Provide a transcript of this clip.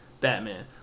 Batman